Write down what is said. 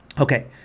Okay